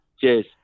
Cheers